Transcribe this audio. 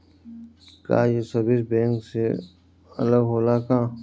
का ये service bank से अलग होला का?